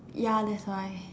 ya that's why